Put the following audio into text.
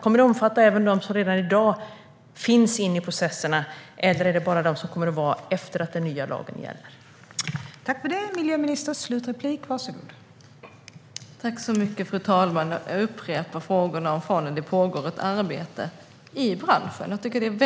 Kommer den att omfatta även dem som redan i dag finns i inne i processerna, eller är det bara de som kommer in efter att den nya lagen börjar gälla?